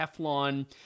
Teflon